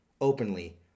openly